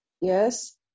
Yes